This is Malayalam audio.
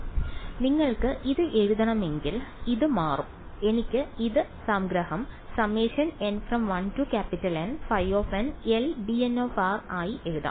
അതിനാൽ നിങ്ങൾക്ക് ഇത് എഴുതണമെങ്കിൽ ഇത് മാറും എനിക്ക് ഇത് സംഗ്രഹം ആയി എഴുതാം